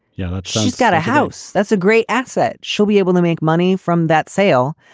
yeah. she's got a house. that's a great asset. she'll be able to make money from that sale.